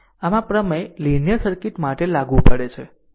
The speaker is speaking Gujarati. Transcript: આમ આ પ્રમેય લીનીયર સર્કિટ માટે લાગુ પડે છે